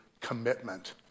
commitment